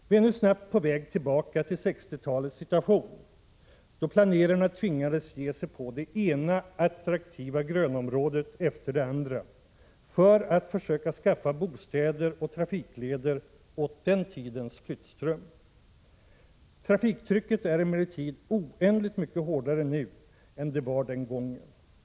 Vi är nu snabbt på väg tillbaka till 1960-talets situation då planerarna tvingades ge sig på det ena attraktiva grönområdet efter det andra för att försöka skaffa bostäder och trafikleder åt den tidens flyttström. Trafiktrycket är emellertid oändligt mycket hårdare nu än det var den gången.